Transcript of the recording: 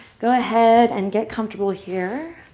go ahead and get comfortable here.